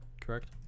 correct